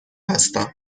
هستم